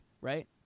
right